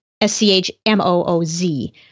S-C-H-M-O-O-Z